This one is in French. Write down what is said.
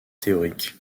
théoriques